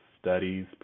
studies